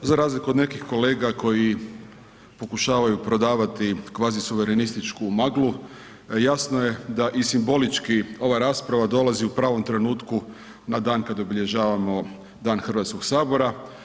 Za razliku od nekih kolega koji pokušavaju prodavati kvazi suverenističku maglu, jasno da i simbolički ova rasprava dolazi u pravom trenutku na dan kada obilježavamo dan Hrvatskog sabora.